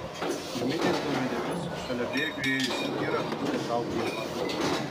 pirminiais duomenimis šalia bėgių ėjusį vyrą kliudė traukinio laiptai